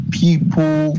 people